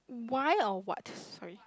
why or what sorry